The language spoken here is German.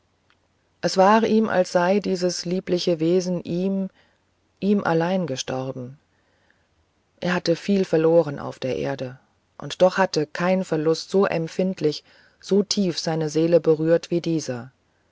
es war ihm als sei dieses liebliche wesen ihm ihm allein gestorben er hatte viel verloren auf der erde und doch hatte kein verlust so empfindlich so tief seine seele berührt als dieser